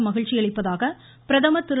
மகிழ்ச்சியளிப்பதாக பிரதமர் திரு